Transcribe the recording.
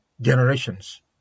generations